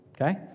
okay